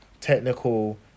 technical